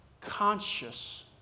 conscious